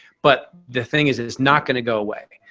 but the thing is, it's not gonna go away.